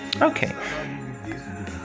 Okay